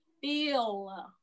feel